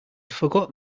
forgot